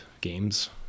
games